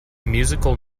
musical